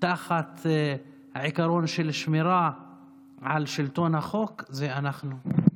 תחת עיקרון של שמירה על שלטון החוק, זה אנחנו.